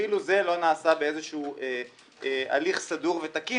אפילו זה לא נעשה באיזה שהוא הליך סדור ותקין